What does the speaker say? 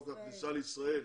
חוק הכניסה לישראל,